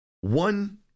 one